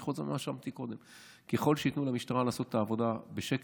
אני חוזר על מה שאמרתי קודם: ככל שייתנו למשטרה לעשות את העבודה בשקט,